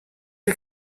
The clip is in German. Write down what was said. ihr